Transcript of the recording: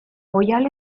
oihal